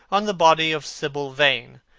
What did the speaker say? on the body of sibyl vane,